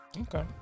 Okay